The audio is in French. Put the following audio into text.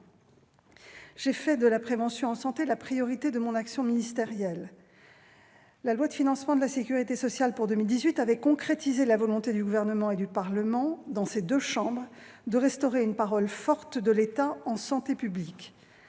J'ai fait de la prévention en santé la priorité de mon action ministérielle. La loi de financement de la sécurité sociale pour 2018 avait concrétisé la volonté du Gouvernement et du Parlement, exprimée dans ses deux chambres, de restaurer une parole forte de l'État en santé publique.